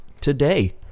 today